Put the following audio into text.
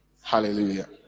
Hallelujah